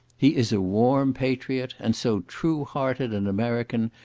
he is a warm patriot, and so true-hearted an american,